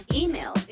email